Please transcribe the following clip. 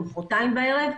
מחרתיים בערב.